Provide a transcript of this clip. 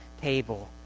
table